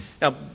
Now